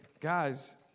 guys